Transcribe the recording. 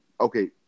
okay